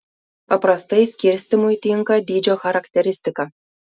paprastai skirstymui tinka dydžio charakteristika